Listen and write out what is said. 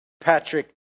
Patrick